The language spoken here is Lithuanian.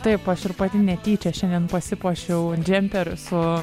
taip aš ir pati netyčia šiandien pasipuošiau džemperiu su